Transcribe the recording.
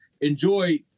enjoy